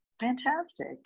Fantastic